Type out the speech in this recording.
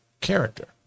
character